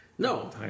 No